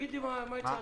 תגידי מה הצעתם.